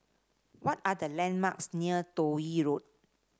what are the landmarks near Toh Yi Road